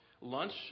lunch